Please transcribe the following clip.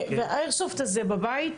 והאיירסופט הזה בבית?